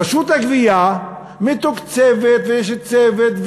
רשות הגבייה מתוקצבת ויש צוות,